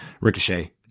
ricochet